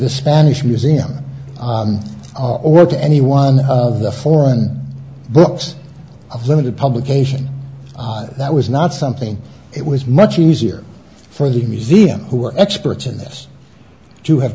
the spanish museum or to any one of the foreign books of limited publication that was not something it was much easier for the museum who are experts in this to have